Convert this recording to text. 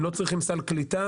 הם לא צריכים סל קליטה.